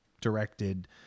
directed